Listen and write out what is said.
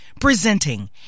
presenting